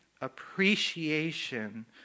appreciation